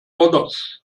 others